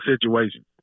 situation